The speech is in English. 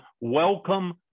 welcome